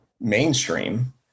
mainstream